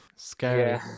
scary